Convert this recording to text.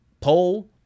poll